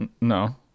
No